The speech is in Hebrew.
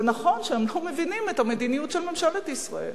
זה נכון שהם לא מבינים את המדיניות של ממשלת ישראל.